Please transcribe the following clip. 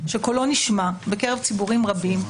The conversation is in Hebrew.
שקולו נשמע בקרב ציבורים רבים,